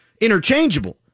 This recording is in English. interchangeable